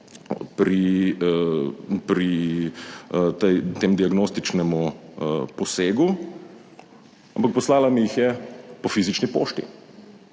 tej, tem diagnostičnem posegu, ampak poslala mi jih je po fizični pošti,